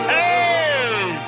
Hey